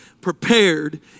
prepared